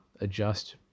adjust